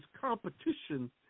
competition